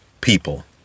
people